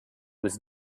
was